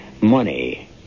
money